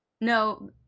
No